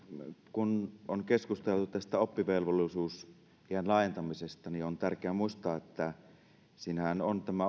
kun on keskusteltu tästä oppivelvollisuusiän laajentamisesta niin on tärkeää muistaa että siinähän